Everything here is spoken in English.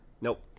Nope